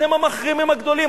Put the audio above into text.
אתם המחרימים הגדולים.